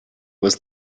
was